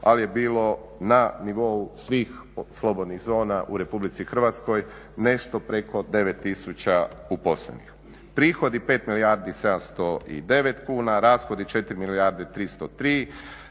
ali je bilo na nivou svih slobodnih zona u RH nešto preko 9000 uposlenih. Prihodi su 5 milijardi 709 kuna, rashodi 4 milijarde 303,